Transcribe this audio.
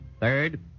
Third